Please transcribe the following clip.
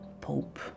Pope